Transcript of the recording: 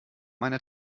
meine